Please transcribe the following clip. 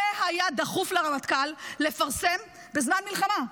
זה היה דחוף לרמטכ"ל לפרסם בזמן מלחמה.